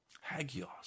Hagios